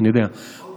זה החוק